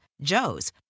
Joe's